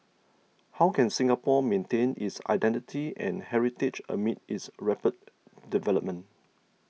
how can Singapore maintain its identity and heritage amid its rapid development